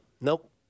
Nope